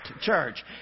church